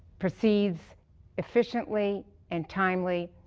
proceeds efficiently and timely,